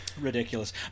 Ridiculous